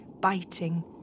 biting